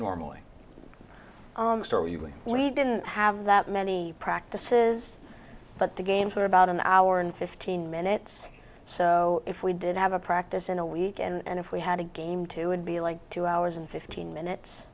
normally we didn't have that many practices but the game for about an hour and fifteen minutes so if we did have a practice in a week and if we had a game two would be like two hours and fifteen minutes